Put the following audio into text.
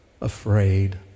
afraid